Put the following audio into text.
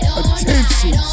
attention